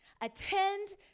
attend